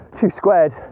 two-squared